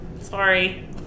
Sorry